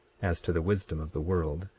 as to the wisdom of the world,